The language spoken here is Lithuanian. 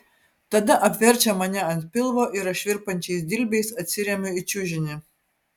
tada apverčia mane ant pilvo ir aš virpančiais dilbiais atsiremiu į čiužinį